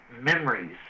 memories